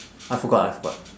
I forgot I forgot